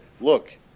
look